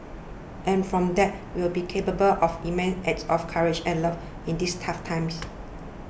and from that we will be capable of immense acts of courage and love in this tough times